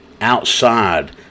outside